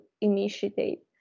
initiate